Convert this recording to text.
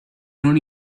non